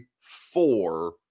four